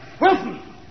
Wilson